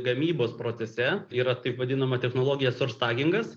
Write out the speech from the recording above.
gamybos procese yra taip vadinama technologija sorstagingas